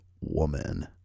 Woman